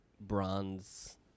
bronze